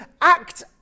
act